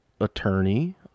attorney